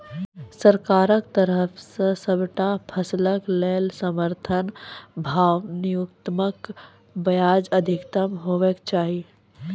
सरकारक तरफ सॅ सबटा फसलक लेल समर्थन भाव न्यूनतमक बजाय अधिकतम हेवाक चाही?